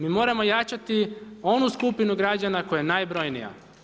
Mi moramo jačati onu skupinu građana koja je najbrojnija.